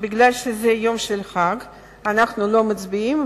ומכיוון שזה יום חג אנחנו לא מצביעים,